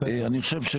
אני חושב,